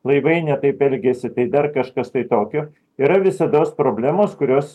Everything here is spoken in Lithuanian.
laivai ne taip elgiasi tai dar kažkas tai tokio yra visados problemos kurios